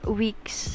weeks